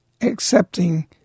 accepting